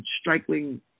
striking